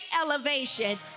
elevation